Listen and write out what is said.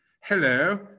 Hello